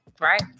Right